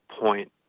point